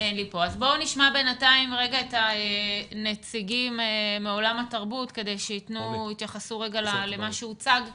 בואו נשמע את הנציגים מעולם התרבות כדי שיתייחסו למה שהוצג כאן.